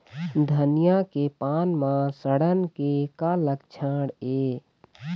धनिया के पान म सड़न के का लक्षण ये?